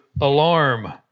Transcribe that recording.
alarm